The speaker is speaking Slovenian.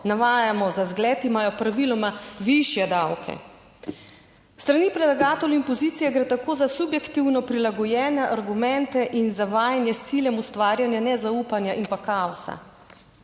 navajamo za zgled, imajo praviloma višje davke. S strani predlagateljev opozicije gre tako za subjektivno prilagojene argumente in zavajanje, s ciljem ustvarjanja nezaupanja in kaosa.